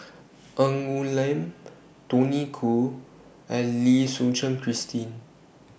Ng Woon Lam Tony Khoo and Lim Suchen Christine